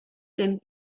dem